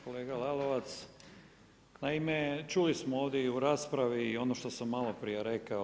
Kolega Lalovac, naime čuli smo ovdje i u raspravi i ono što sam malo prije rekao.